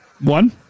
One